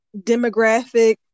demographic